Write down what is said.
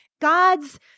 God's